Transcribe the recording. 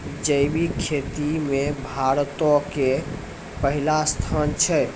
जैविक खेती मे भारतो के पहिला स्थान छै